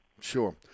Sure